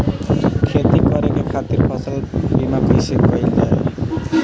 खेती करे के खातीर फसल बीमा कईसे कइल जाए?